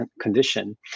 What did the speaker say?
condition